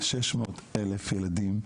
600,000 ילדים.